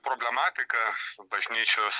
problematika bažnyčios